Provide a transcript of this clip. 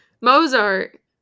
Mozart